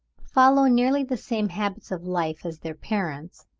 follow nearly the same habits of life as their parents,